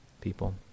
people